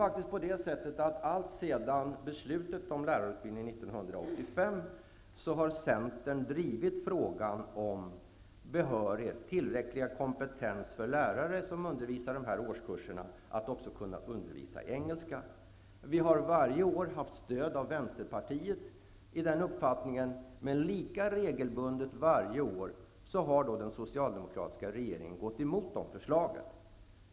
Alltsedan beslutet om lärarutbildningen 1985 har Centern faktiskt drivit frågan om behörighet och tillräcklig kompetens för lärare som undervisar de här årskurserna att också kunna undervisa i engelska. Vi har varje år haft stöd av Vänsterpartiet i den uppfattnigen. Men lika regelbundet varje år har den socialdemokratiska regeringen gått emot de förslagen.